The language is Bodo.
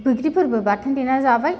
बैग्रिफोरबो बाथोन देना जाबाय